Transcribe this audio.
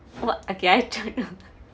what okay I don't know